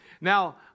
Now